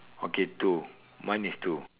okay two mine is two